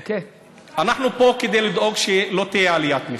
אנחנו פה כדי לדאוג פה שלא תהיה עליית מחירים,